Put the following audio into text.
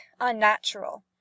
unnatural